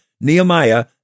Nehemiah